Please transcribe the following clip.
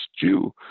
Jew